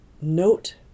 note